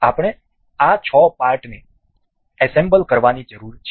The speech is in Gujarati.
આપણે આ છ પાર્ટને એસેમ્બલ કરવાની જરૂર છે